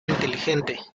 inteligente